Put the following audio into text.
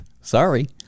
sorry